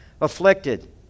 afflicted